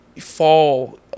fall